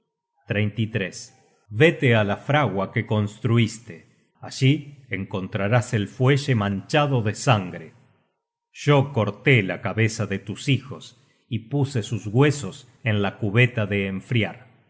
vosotros y un hijo vete á la fragua que construiste allí encontrarás el fuelle manchado de sangre yo corté la cabeza de tus hijos y puse sus huesos en la cubeta de enfriar